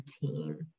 team